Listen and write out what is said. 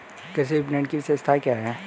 कृषि विपणन की विशेषताएं क्या हैं?